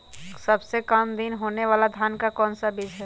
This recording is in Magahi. सबसे काम दिन होने वाला धान का कौन सा बीज हैँ?